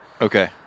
Okay